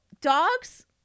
dogs